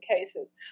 cases